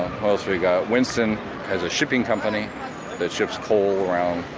who else we got? winston has a shipping company that ships coal around,